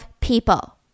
people